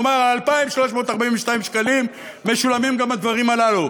כלומר, ב-2,342 שקלים משולמים גם הדברים הללו.